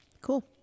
cool